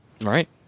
right